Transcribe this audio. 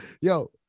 yo